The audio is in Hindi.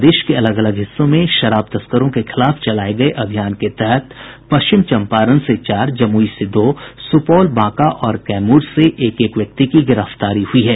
प्रदेश के अलग अलग हिस्सों में शराब तस्करों के खिलाफ चलाये गये अभियान के तहत पश्चिम चम्पारण से चार जमुई से दो सुपौल बांका और कैमूर से एक एक व्यक्ति की गिरफ्तारी हुई है